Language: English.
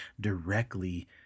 directly